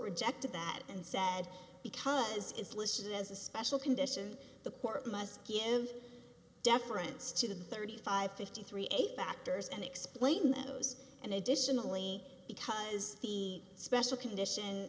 rejected that and said because it's listed as a special condition the court must give deference to the thirty five fifty three eight factors and explain those and additionally because the special condition